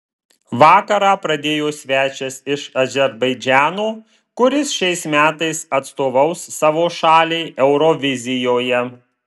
vakarą pradėjo svečias iš azerbaidžano kuris šiais metais atstovaus savo šaliai eurovizijoje